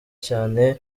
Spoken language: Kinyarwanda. cyane